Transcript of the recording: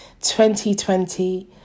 2020